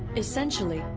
essentially,